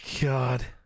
god